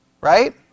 right